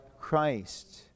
Christ